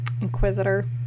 Inquisitor